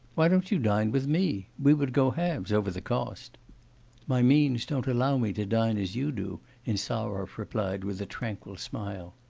why don't you dine with me, we would go halves over the cost my means don't allow me to dine as you do insarov replied with a tranquil smile.